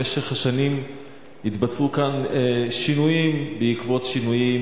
במשך השנים התבצעו כאן שינויים בעקבות שינויים